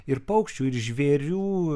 ir paukščių ir žvėrių